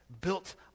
Built